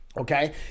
Okay